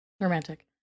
Romantic